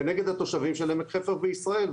כנגד התושבים של עמק חפר וישראל,